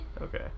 Okay